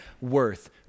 worth